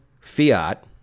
fiat